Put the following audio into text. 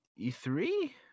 E3